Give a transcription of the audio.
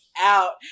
out